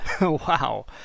Wow